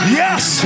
yes